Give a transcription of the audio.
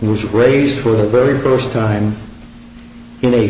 was raised for the very first time in a